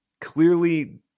clearly